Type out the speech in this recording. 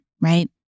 right